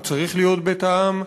הוא צריך להיות בית העם,